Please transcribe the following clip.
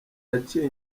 yaciye